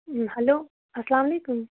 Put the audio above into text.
hello اَسلامُ علیکُم